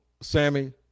Sammy